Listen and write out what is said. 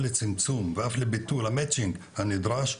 לצמצום ואף לביטול ה-Matching הנדרש.